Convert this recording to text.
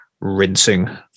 rinsing